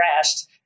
crashed